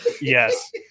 yes